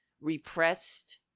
repressed